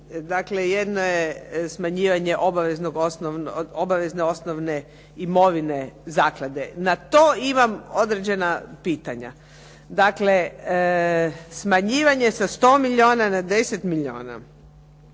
jedno je smanjivanje obavezne osnovne imovine zaklade. Na to imam određena pitanja. Dakle, smanjivanjem sa 100 milijuna na 10 milijuna,